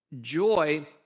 Joy